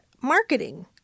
marketing